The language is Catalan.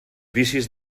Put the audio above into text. vicis